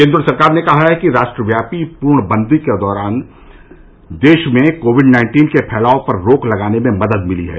केन्द्र सरकार ने कहा है कि राष्ट्रव्यापी पूर्णबंदी के फैसले से देश में कोविड नाइन्टीन के फैलाव पर रोक लगाने में मदद मिली है